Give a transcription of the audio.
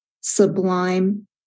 sublime